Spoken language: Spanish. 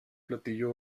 platillo